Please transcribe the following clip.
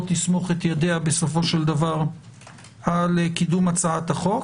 תסמוך ידיה בסופו של דבר על קידום הצעת החוק,